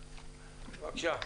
בבקשה.